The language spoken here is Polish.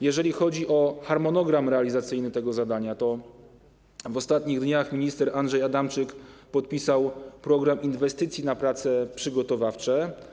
Jeżeli chodzi o harmonogram realizacyjny tego zadania, to w ostatnich dniach minister Andrzej Adamczyk podpisał program inwestycji w odniesieniu do prac przygotowawczych.